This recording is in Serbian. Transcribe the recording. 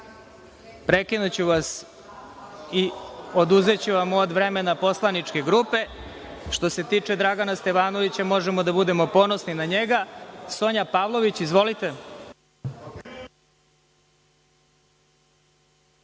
Prekinuću vas i oduzeću vam od vremena poslaničke grupe. Što se tiče Dragana Stevanovića, možemo da budemo ponosni na njega. Sonja Pavlović, izvolite.